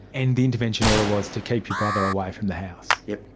and the intervention order was to keep your brother away from the house. yes,